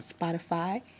Spotify